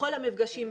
בכל המפגשים,